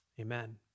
amen